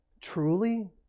truly